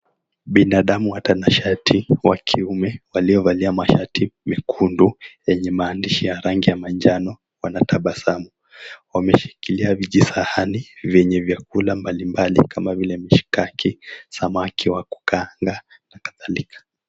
Binadamu watanashati wa kiume walio valia mashati mekundu yenye maandishi ya rangi ya manjano wanatabasamu. Wameshilikilia vijisahani vyenye vyakula mbalimbali kama vile mishikaki, samaki wa kukaanga na kadhalika.